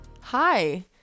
Hi